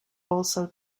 also